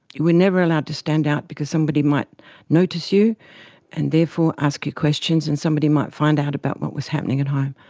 you were never allowed to stand out because somebody might notice you and therefore ask you questions and somebody might find out about what was happening at home.